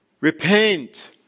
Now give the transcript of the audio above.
Repent